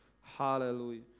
Hallelujah